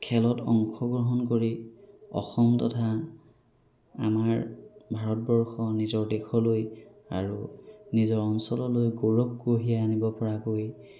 খেলত অংশগ্ৰহণ কৰি অসম তথা আমাৰ ভাৰতবৰ্ষ নিজৰ দেশলৈ আৰু নিজৰ অঞ্চললৈ গৌৰৱ কঢ়িয়াই আনিব পৰাকৈ